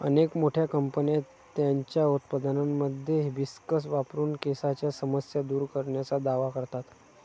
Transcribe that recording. अनेक मोठ्या कंपन्या त्यांच्या उत्पादनांमध्ये हिबिस्कस वापरून केसांच्या समस्या दूर करण्याचा दावा करतात